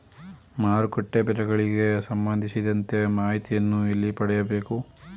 ಮಾರುಕಟ್ಟೆ ಬೆಲೆಗಳಿಗೆ ಸಂಬಂಧಿಸಿದಂತೆ ಮಾಹಿತಿಯನ್ನು ಎಲ್ಲಿ ಪಡೆಯಬೇಕು?